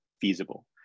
feasible